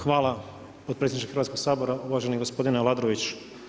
Hvala potpredsjedniče Hrvatskog sabora, uvaženi gospodine Ladrović.